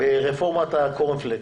ברפורמת הקורנפלקס.